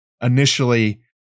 initially